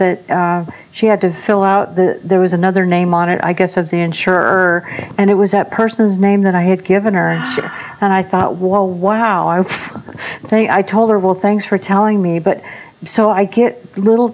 that she had to fill out the there was another name on it i guess of the insurer and it was that person's name that i had given her and i thought wall wow i think i told her well thanks for telling me but so i get little